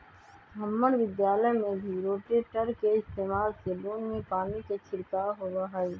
हम्मर विद्यालय में भी रोटेटर के इस्तेमाल से लोन में पानी के छिड़काव होबा हई